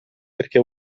perché